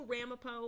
Ramapo